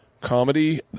Comedy